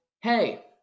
Hey